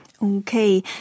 Okay